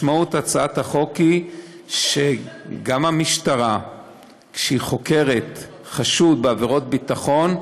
משמעות הצעת החוק היא שגם כשהמשטרה חוקרת חשוד בעבירות ביטחון,